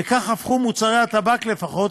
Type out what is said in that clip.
וכך הפכו מוצרי הטבק לפחות